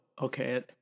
okay